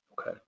Okay